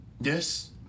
Yes